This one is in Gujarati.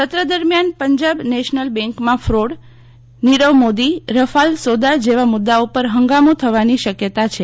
સત્ર દરમિયાન પંજાબ નેશનલ બેન્કમાં ક્રોડ નીરવ મોદી રફાલ સોદા જેવા મુદ્દાઓ પર હંગામો થવાની શક્યતા છે